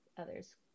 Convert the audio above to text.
others